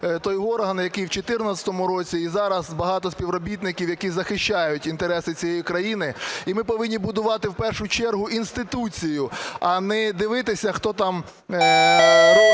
той орган, який в 14-му році і зараз... багато співробітників, які захищають інтереси цієї країни. І ми повинні будувати в першу чергу інституцію, а не дивитися, хто там зараз